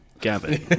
Gavin